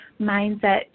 mindset